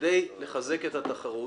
כדי לחזק את התחרות,